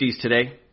today